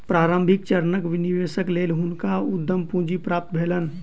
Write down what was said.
प्रारंभिक चरणक निवेशक लेल हुनका उद्यम पूंजी प्राप्त भेलैन